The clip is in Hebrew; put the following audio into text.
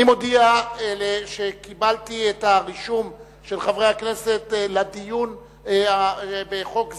אני מודיע שקיבלתי את הרישום של חברי הכנסת לדיון בחוק זה,